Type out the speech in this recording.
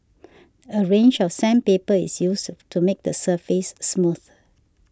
a range of sandpaper is used to make the surface smooth